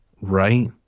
Right